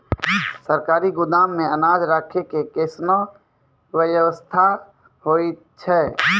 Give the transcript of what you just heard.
सरकारी गोदाम मे अनाज राखै के कैसनौ वयवस्था होय छै?